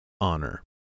Honor